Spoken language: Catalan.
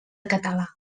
català